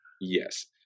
Yes